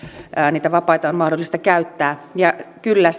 niitä vapaita on mahdollista käyttää kyllä